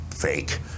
fake